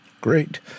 great